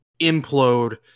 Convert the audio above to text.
implode